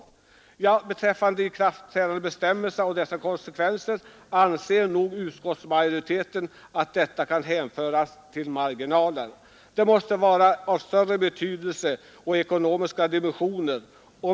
Utskottsmajoriteten anser att ikraftträdandebestämmelserna och deras konsekvenser kan hänföras till marginalen. Om vi bygger tolv eller tjugo nya bankkomplex per år måste vara en fråga av betydligt större ekonomiska dimensioner.